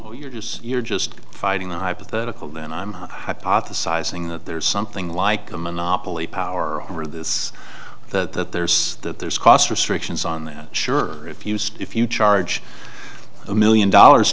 or you're just you're just fighting the hypothetical that i'm hypothesizing that there's something like a monopoly power over this that there's that there's cost restrictions on that sure if used if you charge a million dollars